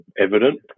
evident